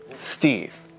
Steve